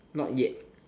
not yet